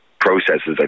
processes